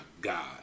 God